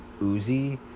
Uzi